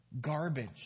garbage